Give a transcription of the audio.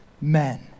men